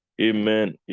Amen